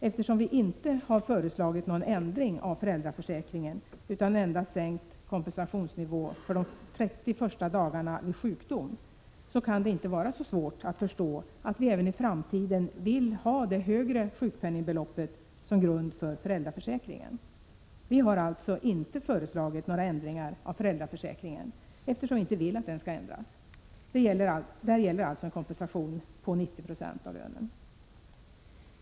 Eftersom vi inte har föreslagit någon ändring av föräldraförsäkringen utan endast en sänkning av kompensationsnivån för de 30 första dagarna vid sjukdom, kan det inte vara så svårt att förstå att vi även i framtiden vill ha det högre sjukpenningbeloppet som grund för föräldraförsäkringen. Vi har alltså inte föreslagit några ändringar av föräldraförsäkringen, eftersom vi inte vill att den skall ändras. Där gäller alltså en kompensation på 90 96 av lönen.